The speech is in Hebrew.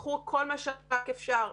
תיקחו כל מה שרק אפשר,